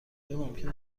ممکن